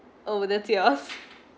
oh that's yours